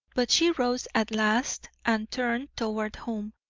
but she rose at last and turned toward home,